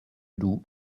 loup